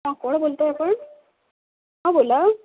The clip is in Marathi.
हां कोण बोलताय आपण हां बोला